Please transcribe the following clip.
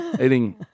eating